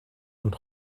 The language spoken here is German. und